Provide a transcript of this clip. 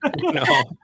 No